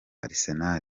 arsenal